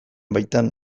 baitan